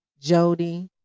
Jody